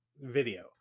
video